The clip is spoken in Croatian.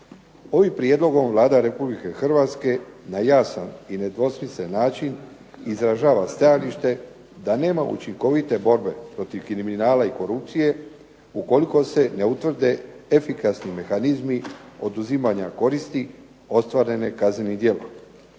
Ovim prijedlogom Vlada Republike Hrvatske na jasan i nedvosmislen način izražava stajalište da nema učinkovite borbe protiv kriminala i korupcije ukoliko se ne utvrde efikasni mehanizmi oduzimanje koristi ostvarene kaznenim djelom.